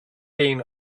been